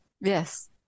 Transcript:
Yes